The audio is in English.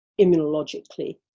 immunologically